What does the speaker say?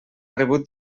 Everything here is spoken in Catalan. rebut